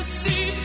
see